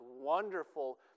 wonderful